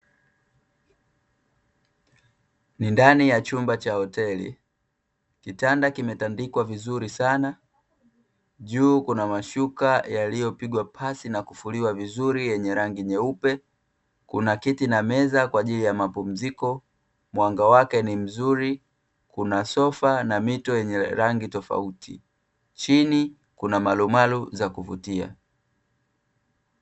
Ni ndani ya chumba cha hoteli. Kitanda kimetandikwa vizuri sana, juu kuna mashuka yaliyopigwa pasi na kufuliwa vizuri yenye rangi nyeupe. Kuna kiti na meza kwa ajili ya mapumziko, mwanga wake ni mzuri. Kuna sofa na mito yenye rangi tofauti. Chini kuna marumaru za kuvutia.